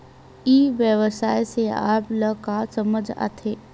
ई व्यवसाय से आप ल का समझ आथे?